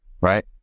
right